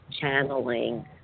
channeling